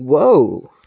wow